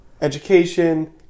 education